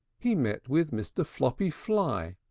he met with mr. floppy fly,